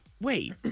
Wait